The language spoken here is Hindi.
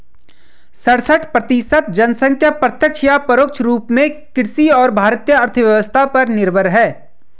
सड़सठ प्रतिसत जनसंख्या प्रत्यक्ष या परोक्ष रूप में कृषि और भारतीय अर्थव्यवस्था पर निर्भर है